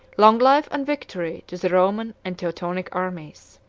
long life and victory to the roman and teutonic armies!